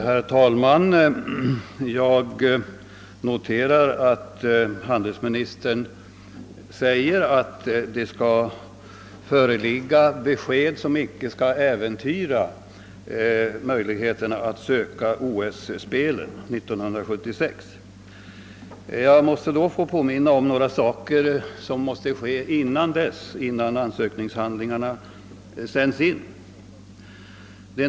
Herr talman! Jag noterar att handelsministern nu säger att ett besked skall föreligga i så god tid att Östersunds möjligheter att söka arrangerandet av olympiska spelen 1976 inte skall äventyras. Jag måste då få påminna om några saker som måste göras innan ansökningshandlingarna sänds in.